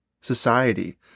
society